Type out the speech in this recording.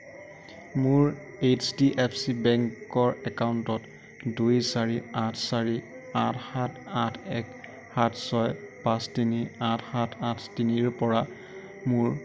মোৰ এইচডিএফচি বেংকৰ একাউণ্টত দুই চাৰি আঠ চাৰি আঠ সাত আঠ এক সাত ছয় পাঁচ তিনি আঠ সাত আঠ তিনিৰ পৰা মোৰ